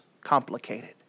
complicated